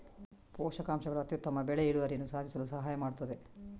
ಪೋಷಕಾಂಶಗಳು ಅತ್ಯುತ್ತಮ ಬೆಳೆ ಇಳುವರಿಯನ್ನು ಸಾಧಿಸಲು ಸಹಾಯ ಮಾಡುತ್ತದೆ